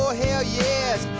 hell yes